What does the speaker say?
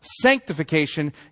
Sanctification